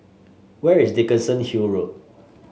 where is Dickenson Hill Road